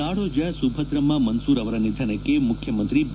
ನಾಡೋಜ ಸುಭದ್ರಮ್ಮ ಮನ್ಲೂರ್ ಅವರ ನಿಧನಕ್ಕೆ ಮುಖ್ಯಮಂತ್ರಿ ಬಿ